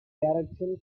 direction